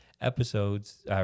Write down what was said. episodes